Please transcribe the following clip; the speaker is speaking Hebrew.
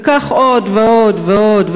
וכך עוד ועוד ועוד,